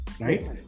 right